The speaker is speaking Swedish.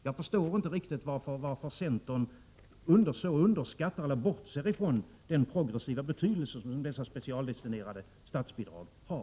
Jag förstår inte varför centern i detta fall bortser från den progressiva betydelse som dessa specialdestinerade statsbidrag har.